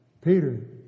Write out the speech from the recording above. Peter